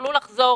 שיכלו לחזור